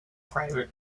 private